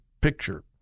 picture